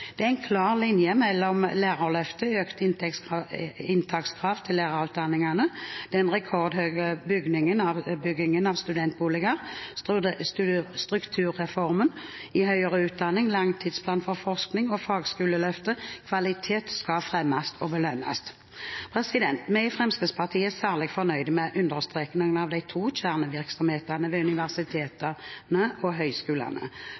Det er en klar linje mellom Lærerløftet, økte inntakskrav til lærerutdanningene, den rekordhøye byggingen av studentboliger, strukturreformen i høyere utdanning, langtidsplanen for forskning og høyere utdanning og Fagskoleløftet. Kvalitet skal fremmes og belønnes. Vi i Fremskrittspartiet er særlig fornøyd med understrekingen av at de to kjernevirksomhetene ved universitetene og høyskolene